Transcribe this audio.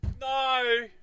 No